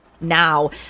Now